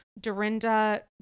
Dorinda